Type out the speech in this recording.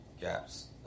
gaps